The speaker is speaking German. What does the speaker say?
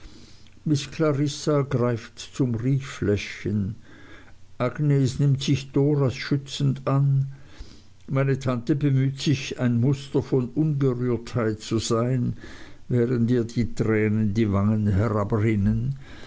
miß clarissa greift zum riechfläschchen agnes nimmt sich doras schützend an meine tante bemüht sich ein muster von ungerührtheit zu sein während ihr tränen die wangen